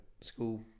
School